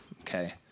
okay